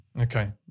Okay